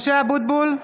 משה אבוטבול,